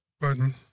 button